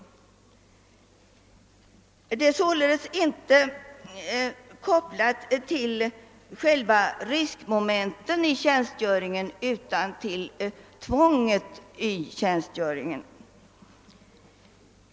Försäkringen är således inte kopplad till själva riskmomenten i militärtjänstgöringen utan till tvånget vid tjänstgöringen.